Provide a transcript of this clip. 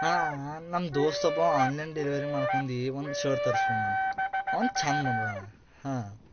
ಹಾಂ ನಮ್ಮ ದೋಸ್ತ ಒಬ್ಬವ ಆನ್ಲೈನ್ ಡೆಲಿವರಿ ಮಾಡ್ಕೊಂಡಿ ಒಂದು ಶರ್ಟ್ ತರ್ಸ್ಕೊಂಡಾನ ಅವ್ನ್ದು ಚಂದ ಬಂದದಣ್ಣ ಹಾಂ